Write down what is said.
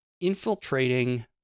infiltrating